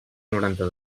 noranta